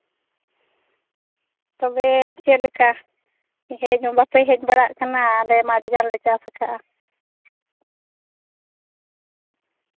ᱛᱚᱵᱮ ᱪᱮᱫᱞᱮᱠᱟ ᱦᱮᱡ ᱦᱚᱸ ᱵᱟᱯᱮ ᱦᱮᱡ ᱵᱟᱲᱟᱜ ᱠᱟᱱᱟ ᱟᱞᱮ ᱢᱟ ᱟᱹᱰᱤᱜᱟᱱ ᱞᱮ ᱪᱟᱥ ᱠᱟᱜᱼᱟ